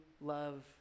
love